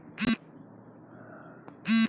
खेत में साल भर में कई फसल क उत्पादन कईल जाला